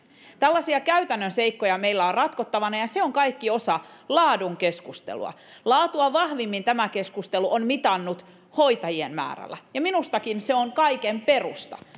tällaisia käytännön seikkoja meillä on ratkottavana ja se on kaikki osa laadun keskustelua vahvimmin tämä keskustelu on mitannut laatua hoitajien määrällä ja minustakin se on kaiken perusta